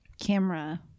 camera